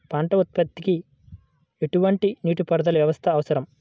పంట ఉత్పత్తికి ఎటువంటి నీటిపారుదల వ్యవస్థ అవసరం?